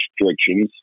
restrictions